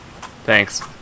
Thanks